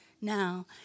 now